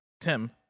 Tim